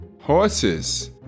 Horses